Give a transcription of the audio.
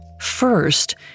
First